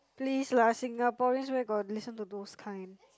please lah Singaporeans where got listen to those kind